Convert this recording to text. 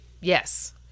Yes